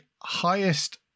highest